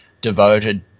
devoted